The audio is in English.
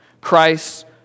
Christ